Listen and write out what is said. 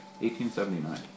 1879